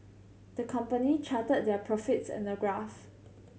the company charted their profits in a graph